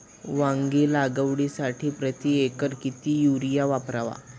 वांगी लागवडीसाठी प्रति एकर किती युरिया वापरावा?